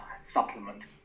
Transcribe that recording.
supplements